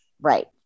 Right